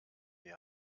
die